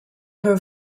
her